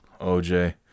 OJ